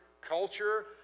culture